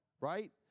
Right